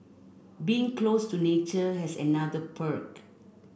being close to nature has another perk